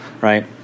right